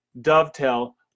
dovetail